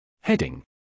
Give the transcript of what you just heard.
Heading